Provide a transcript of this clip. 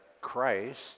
Christ